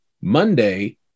Monday